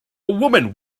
woman